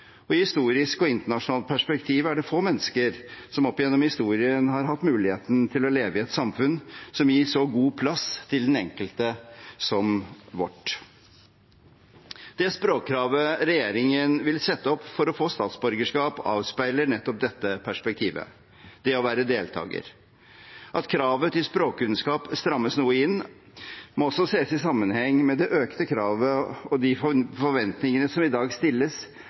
I historisk og i internasjonalt perspektiv er det få mennesker som opp gjennom historien har hatt muligheten til å leve i et samfunn som gir så god plass til den enkelte, som vårt. Det språkkravet regjeringen vil sette til å få statsborgerskap, avspeiler nettopp dette perspektivet – det å være deltager. At kravet til språkkunnskap strammes noe inn, må også ses i sammenheng med det økte kravet og de forventingene som i dag stilles